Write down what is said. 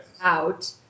out